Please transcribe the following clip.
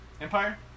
Empire